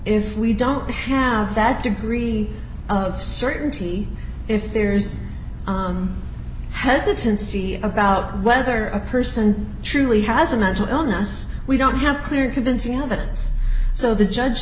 if we don't have that degree of certainty if there's hesitancy about whether a person truly has a mental illness we don't have clear convincing evidence so the judge